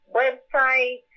website